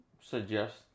suggest